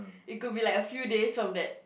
it could be like a few days from that